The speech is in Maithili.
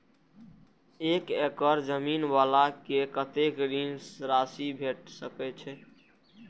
एक एकड़ जमीन वाला के कतेक ऋण राशि भेट सकै छै?